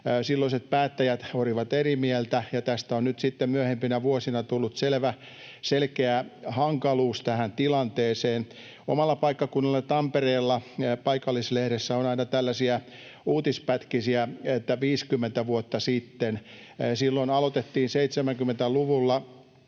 Silloiset päättäjät olivat eri mieltä, ja tästä on nyt sitten myöhempinä vuosina tullut selkeä hankaluus tähän tilanteeseen. Omalla paikkakunnallani Tampereella paikallislehdessä on aina tällaisia uutispätkiä, että ”50 vuotta sitten”. Silloin aloitettiin 70-luvulla